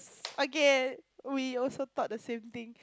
okay we also thought the same thing